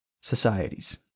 societies